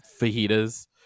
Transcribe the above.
fajitas